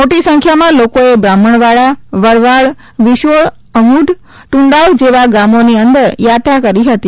મોટી સંખ્યામાં લોકોએ બ્રાહ્મણવાડાવરવાડ વિશોળ અમૂઢટુંડાવ જેવા ગામોની અંદર યાત્રા કરી હતી